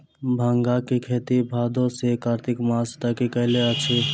भांगक खेती भादो सॅ कार्तिक मास तक कयल जाइत अछि